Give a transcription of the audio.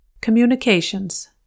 Communications